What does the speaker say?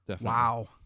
wow